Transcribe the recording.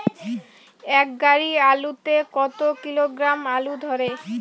এক গাড়ি আলু তে কত কিলোগ্রাম আলু ধরে?